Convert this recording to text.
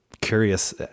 curious